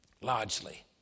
largely